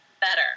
better